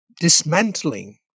dismantling